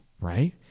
right